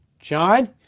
John